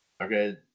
Okay